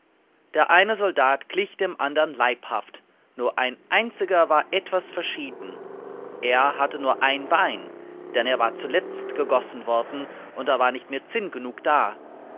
der eine soldat glich dem andern leibhaft nur ein einziger war etwas verschieden er hatte nur ein bein denn er war zuletzt gegossen worden und da war nicht mehr zinn genug da